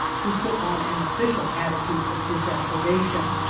who put on an official attitude of disapprobation.